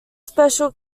special